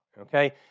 okay